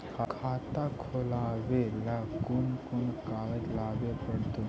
खाता खोलाबे ल कोन कोन कागज लाबे पड़तै?